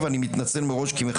אני כבר מתנצל שאני אצטרך לצאת.